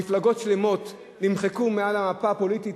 מפלגות שלמות נמחקו מעל המפה הפוליטית,